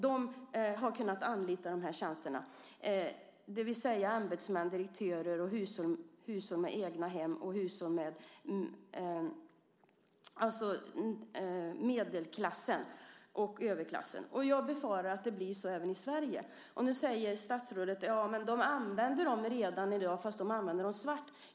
De har kunnat anlita de här tjänsterna, det vill säga ämbetsmän, direktörer och hushåll med egna hem, alltså medelklassen och överklassen. Jag befarar att det blir så även i Sverige. Nu säger statsrådet att de använder dem redan i dag fast de använder dem svart.